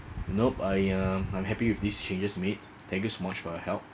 nope I um I'm happy with these changes made thank you so much for your help